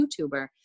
YouTuber